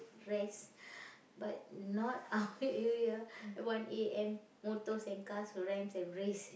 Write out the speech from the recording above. rest but not our area one A_M motors and cars ran and race